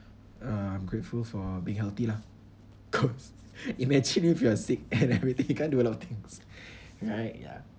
uh I'm grateful for being healthy lah cause imagine if you are sick and everything you can't do a lot of things right ya